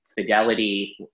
Fidelity